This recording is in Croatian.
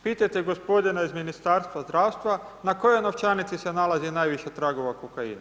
Pitajte gospodina iz Ministarstva zdravstva na kojoj novčanici se nalazi najviše tragova kokaina?